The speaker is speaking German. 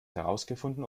herausgefunden